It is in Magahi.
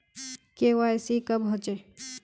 के.वाई.सी कब होचे?